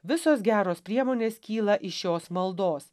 visos geros priemonės kyla iš šios maldos